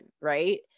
right